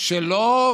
שלא